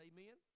Amen